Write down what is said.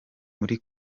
muri